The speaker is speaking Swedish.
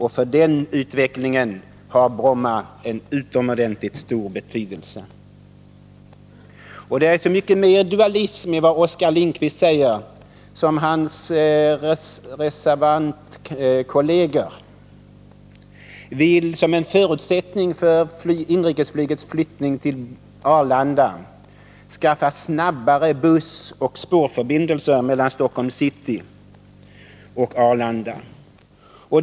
För den utvecklingen har Bromma en utomordentligt stor betydelse. Det är så mycket mer dualism i vad Oskar Lindkvist säger som hans reservantkolleger vill som en förutsättning för inrikesflygets flyttning till Arlanda skaffa snabbare bussoch spårförbindelser mellan Stockholms city och Arlanda.